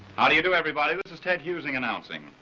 ah do you do everybody? this is ted husing announcing.